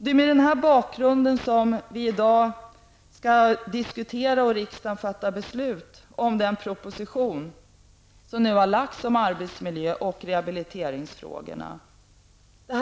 Det är mot denna bakgrund som vi i dag skall diskutera och som riksdagen skall fatta beslut med anledning av den proposition om arbetsmiljö och rehabiliteringsfrågorna som nu har framlagts.